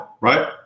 right